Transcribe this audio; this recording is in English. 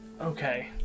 Okay